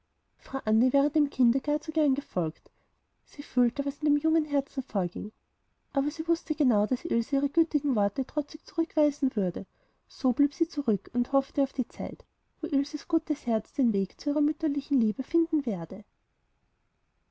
frau anne wäre dem kinde gar zu gern gefolgt sie fühlte was in dem jungen herzen vorging aber sie wußte genau daß ilse ihre gütigen worte trotzig zurückweisen würde so blieb sie zurück und hoffte auf die zeit wo ilses gutes herz den weg zu ihrer mütterlichen liebe finden werde